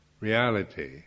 reality